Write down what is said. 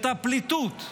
את הפליטות,